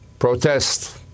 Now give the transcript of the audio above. Protest